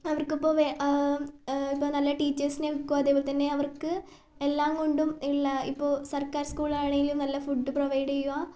അവർക്ക് ഇപ്പോൾ ഇപ്പോൾ നല്ല ടീച്ചേർസിനെ വയ്ക്കുക അതേപോലെത്തന്നെ അവർക്ക് എല്ലാം കൊണ്ടും ഉള്ള ഇപ്പോൾ സർക്കാർ സ്കൂൾ ആണെങ്കിലും നല്ല ഫുഡ്ഡ് പ്രൊവൈഡ് ചെയ്യുക